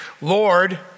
Lord